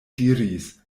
diris